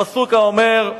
הפסוק האומר: